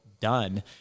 done